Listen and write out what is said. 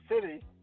city